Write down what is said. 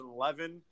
2011